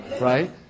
Right